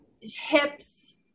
hips